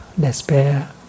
despair